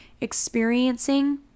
experiencing